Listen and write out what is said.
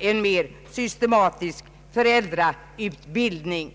en mer systematisk föräldrautbildning.